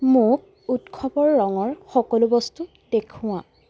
মোক উৎসৱৰ ৰঙৰ সকলো বস্তু দেখুওৱা